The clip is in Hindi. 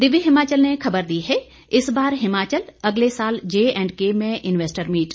दिव्य हिमाचल ने खबर दी है इस बार हिमाचल अगले साल जे एंड के में इन्वेस्टर मीट